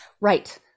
Right